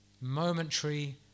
Momentary